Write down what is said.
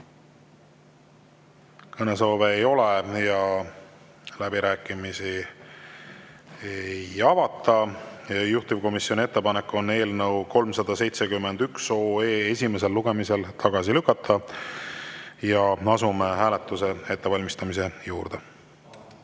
Kõnesoove ei ole. Läbirääkimisi ei avata. Juhtivkomisjoni ettepanek on eelnõu 371 esimesel lugemisel tagasi lükata ja me asume hääletuse ettevalmistamise juurde.